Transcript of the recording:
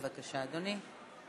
בבקשה, אדוני.